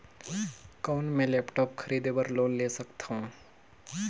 कौन मैं लेपटॉप खरीदे बर लोन ले सकथव?